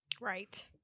Right